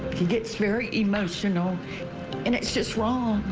he gets very emotional and it's just wrong.